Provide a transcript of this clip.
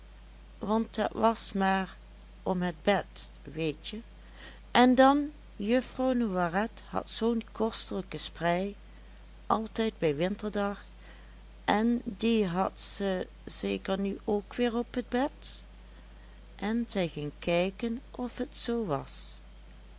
want het was maar om het bed weetje en dan juffrouw noiret had zoo'n kostelijke sprei altijd bij winterdag en die had ze zeker nu ook weer op t bed en zij ging kijken of het zoo was